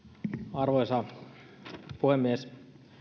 arvoisa puhemies